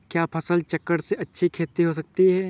क्या फसल चक्रण से अच्छी खेती हो सकती है?